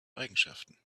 eigenschaften